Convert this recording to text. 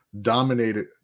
Dominated